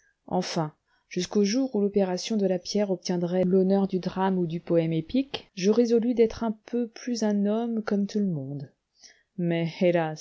enfin jusqu'au jour où l'opération de la pierre obtiendrait l'honneur du drame ou du poëme épique je résolus d'être un peu plus un homme comme tout le monde mais hélas